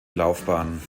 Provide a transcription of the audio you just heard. laufbahn